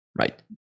right